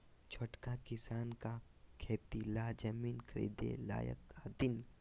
छोटका किसान का खेती ला जमीन ख़रीदे लायक हथीन?